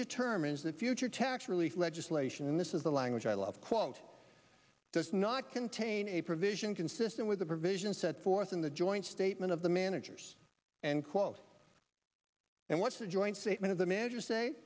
determines the future tax relief legislation in this is the language i love quote does not contain a provision consistent with the provisions set forth in the joint statement of the managers and quote and what's the joint statement of the measure say